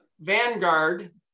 Vanguard